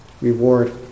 reward